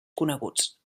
coneguts